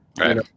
Right